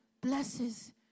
blesses